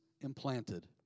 implanted